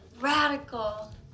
radical